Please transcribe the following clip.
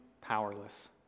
powerless